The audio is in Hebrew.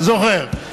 זוכר.